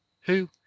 who